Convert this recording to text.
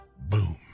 Boom